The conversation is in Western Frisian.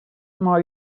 mei